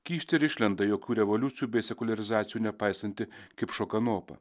kyšteli ir išlenda jokių revoliucijų bei sekuliarizacijų nepaisanti kipšo kanopa